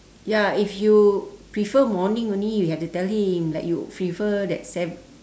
ya if you prefer morning only you have to tell him like you prefer that sev~